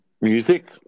music